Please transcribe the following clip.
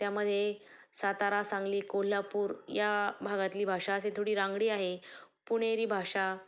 त्यामध्ये सातारा सांगली कोल्हापूर या भागातली भाषा असे थोडी रांगडी आहे पुणेरी भाषा